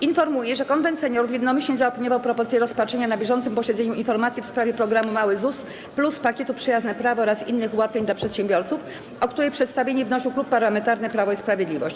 Informuję, że Konwent Seniorów jednomyślnie zaopiniował propozycję rozpatrzenia na bieżącym posiedzeniu informacji w sprawie programu Mały ZUS Plus, Pakietu Przyjazne Prawo oraz innych ułatwień dla przedsiębiorców, o której przedstawienie wnosił Klub Parlamentarny Prawo i Sprawiedliwość.